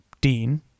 Dean